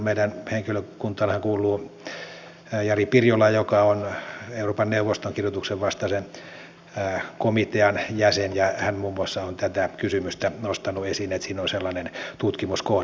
meidän henkilökuntaammehan kuuluu jari pirjola joka on euroopan neuvoston kidutuksen vastaisen komitean jäsen ja hän muun muassa on tätä kysymystä nostanut esille että siinä on sellainen tutkimuskohde